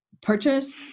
purchase